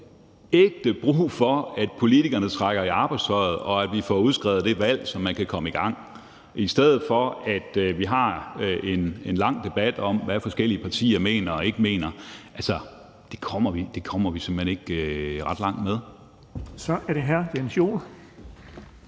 ægte brug for, at politikerne trækker i arbejdstøjet, og at vi får udskrevet det valg, så vi kan komme i gang, i stedet for at vi har en lang debat om, hvad forskellige partier mener og ikke mener. Altså, det kommer vi simpelt hen ikke ret langt med. Kl. 14:46 Den fg.